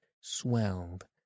swelled